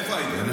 איפה הייתם?